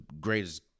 greatest